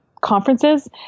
conferences